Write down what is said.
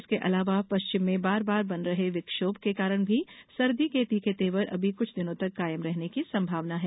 इसके अलावा पश्चिम में बार बार बन रहे विक्षोभ के कारण भी सर्दी के तीखे तेवर अभी कुछ दिनों तक कायम रहने की संभावना है